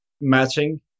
matching